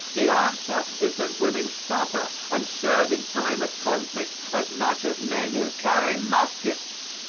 the answer is that women suffer and serve in time of conflict as much as men who carry muskets.